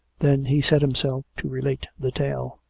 then he set himself to relate the tale.